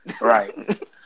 right